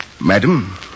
Madam